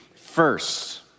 first